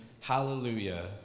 hallelujah